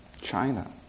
China